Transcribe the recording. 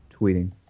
tweeting